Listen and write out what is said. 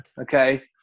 Okay